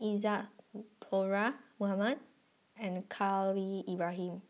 Isadhora Mohamed and Khalil Ibrahim